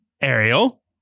Ariel